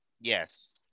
Yes